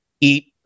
eat